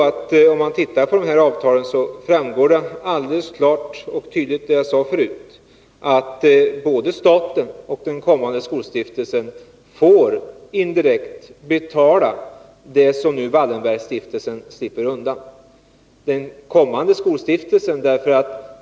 Av avtalet framgår klart och tydligt att, som jag sagt förut, både staten och den kommande skolstiftelsen får indirekt betala det som nu Wallenbergstiftelsen slipper undan.